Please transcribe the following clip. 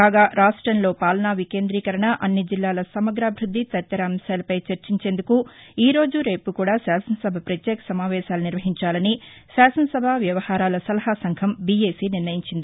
కాగా రాష్టంలో పాలనా వికేంద్రీకరణ అన్ని జిల్లాల సమగ్రాభివ్బద్ది తదితర అంశాలపై చర్చించేందుకు ఈ రోజు రేపు కూడా శాసనసభ పత్యేక సమావేశాలు నిర్వహించాలని శాసనసభా వ్యవహారాల సలహాసంఘం బీ ఏ సి నిర్ణయించింది